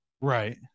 Right